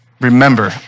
remember